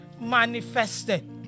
manifested